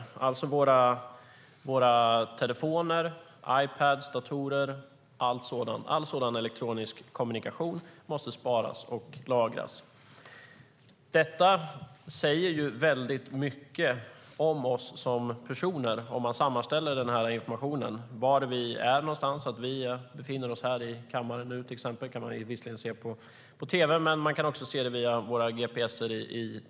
Kommunikation via våra telefoner, Ipadar och datorer - all sådan elektronisk kommunikation måste alltså lagras. Det säger väldigt mycket om oss som personer om man sammanställer den här informationen. Det säger var vi är, till exempel att vi befinner oss här i kammaren nu. Det kan man visserligen se på tv, men kan också se det via gps:en i våra telefoner.